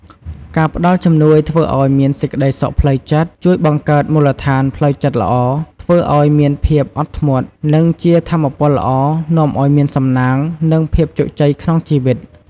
ការផ្តល់ជំនួយធ្វើឲ្យមានសេចក្តីសុខផ្លូវចិត្ត ជួយបង្កើតមូលដ្ឋានផ្លូវចិត្តល្អ ធ្វើឲ្យមានភាពអត់ធ្មត់ និងជាថាមពលល្អនាំឲ្យមានសំណាង និងភាពជោគជ័យក្នុងជីវិត។